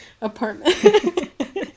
apartment